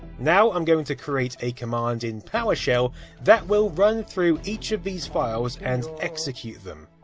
now, i'm going to create a command in powershell that will run through each of these files and execute them.